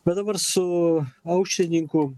bet dabar su aušrininkų